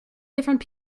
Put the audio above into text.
different